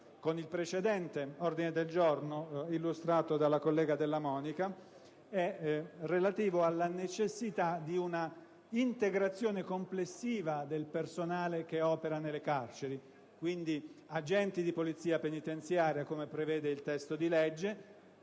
con il precedente ordine del giorno illustrato dalla collega Della Monica, relativo alla necessità di un'integrazione complessiva del personale che opera nelle carceri. Quindi, parliamo di agenti di polizia penitenziaria, come prevede il testo di legge,